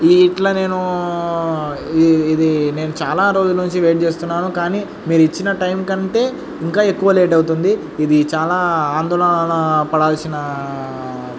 ఈ ఇట్లా నేను ఇది నేను చాలా రోజుల నుంచి వెయిట్ చేస్తున్నాను కానీ మీరు ఇచ్చిన టైం కంటే ఇంకా ఎక్కువ లేట్ అవుతుంది ఇది చాలా ఆందోళన పడాల్సిన